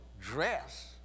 dress